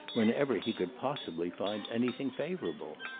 whenever he could possibly find anything favourable.